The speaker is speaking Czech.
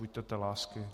Buďte té lásky.